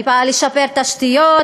אני באה לשפר תשתיות,